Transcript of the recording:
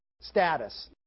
Status